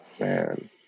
Man